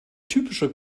typische